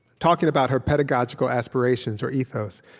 talking about her pedagogical aspirations or ethos,